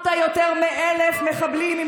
לא מתאים.